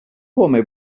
come